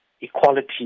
equality